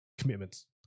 commitments